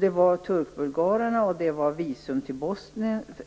Det gällde turkbulgarerna, och det